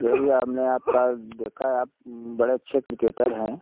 जी भैया हमने आपका देखा है आप बड़े अच्छे क्रिकेटर हैं